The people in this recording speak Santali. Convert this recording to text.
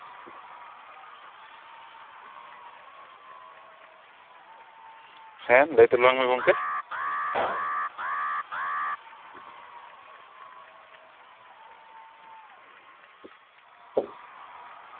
ᱦᱮ ᱞᱟᱹᱭ ᱛᱟᱞᱟᱝ ᱢᱮ ᱜᱚᱝᱠᱮ